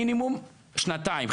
מינימום שנתיים,